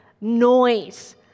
noise